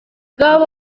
bw’abo